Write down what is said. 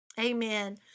Amen